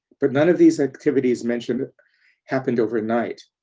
but none of these activities mentioned happened overnight.